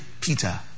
Peter